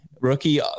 rookie